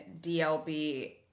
DLB